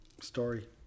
story